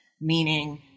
meaning